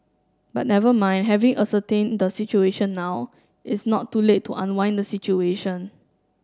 but never mind having ascertain the situation now it's not too late to unwind the situation